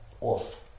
off